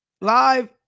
live